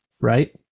Right